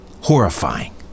horrifying